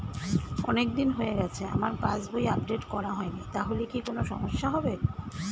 অনেকদিন হয়ে গেছে আমার পাস বই আপডেট করা হয়নি তাহলে কি কোন সমস্যা হবে?